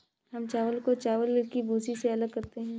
हम चावल को चावल की भूसी से अलग करते हैं